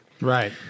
Right